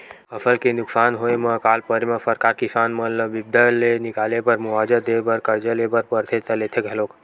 फसल के नुकसान होय म अकाल परे म सरकार किसान मन ल बिपदा ले निकाले बर मुवाजा देय बर करजा ले बर परथे त लेथे घलोक